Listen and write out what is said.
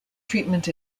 treatment